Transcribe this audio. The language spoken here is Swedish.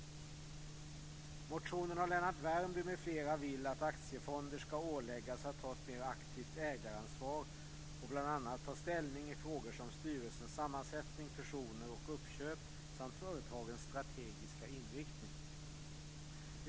I motionen av Lennart Värmby m.fl. vill man att aktiefonder ska åläggas att ta ett mer aktivt ägaransvar och bl.a. ta ställning i frågor som styrelsens sammansättning, fusioner och uppköp samt företagens strategiska inriktning.